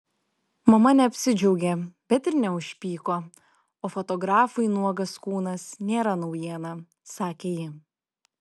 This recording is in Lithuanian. mama neapsidžiaugė bet ir neužpyko o fotografui nuogas kūnas nėra naujiena sakė ji